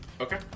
Okay